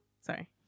Sorry